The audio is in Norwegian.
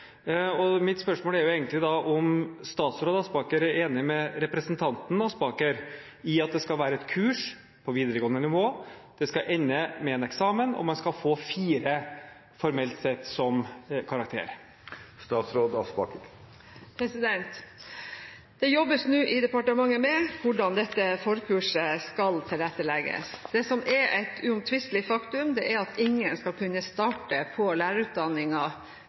Mitt spørsmål er om statsråd Aspaker er enig med representanten Aspaker i at det skal være et kurs på videregående nivå som skal ende med en eksamen, og med 4, formelt sett, som karakter. Det jobbes nå i departementet med hvordan dette forkurset skal tilrettelegges. Det som er et uomtvistelig faktum, er at ingen skal kunne starte på